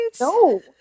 no